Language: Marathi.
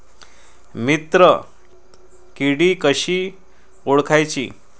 मित्र किडी कशी ओळखाची?